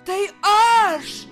tai aš